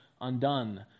undone